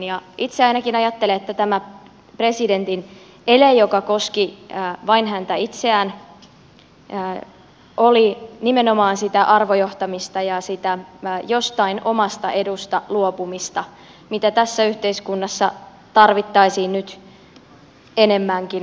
itse ainakin ajattelen että tämä presidentin ele joka koski vain häntä itseään oli nimenomaan sitä arvojohtamista ja sitä jostain omasta edusta luopumista mitä tässä yhteiskunnassa tarvittaisiin nyt enemmänkin